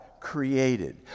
created